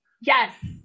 Yes